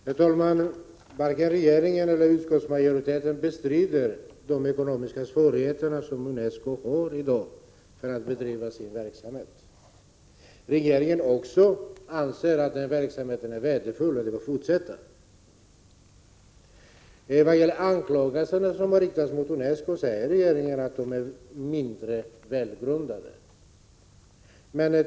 Herr talman! Varken regeringen eller utskottsmajoriteten bestrider att UNESCO i dag har ekonomiska svårigheter att bedriva sin verksamhet. Också regeringen anser att den verksamheten är värdefull och bör fortsätta. Vad gäller anklagelserna som har riktats mot UNESCO säger regeringen att de är mindre välgrundade.